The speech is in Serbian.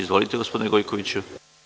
Izvolite, gospodine Gojkoviću.